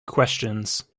questions